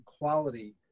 quality